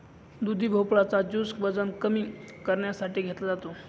दुधी भोपळा चा ज्युस वजन कमी करण्यासाठी घेतला जातो